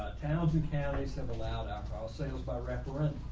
ah towns and counties have allowed alcohol sales by referendum.